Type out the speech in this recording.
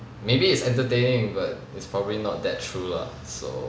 maybe it's entertaining but it's probably not that true lah so